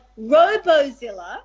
Robozilla